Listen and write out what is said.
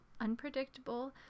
unpredictable